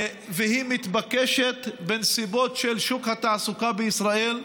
והיא מתבקשת בנסיבות של שוק התעסוקה בישראל.